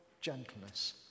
gentleness